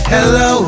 Hello